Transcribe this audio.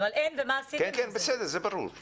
ומה עשיתם עם זה?